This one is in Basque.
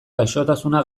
gaixotasuna